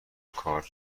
کارت